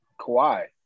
Kawhi